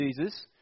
Jesus